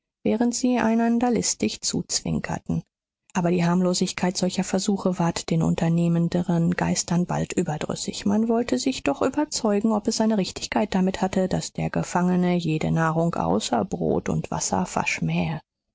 während sie einander listig zuzwinkerten aber die harmlosigkeit solcher versuche ward den unternehmenderen geistern bald überdrüssig man wollte sich doch überzeugen ob es seine richtigkeit damit hatte daß der gefangene jede nahrung außer brot und wasser verschmähe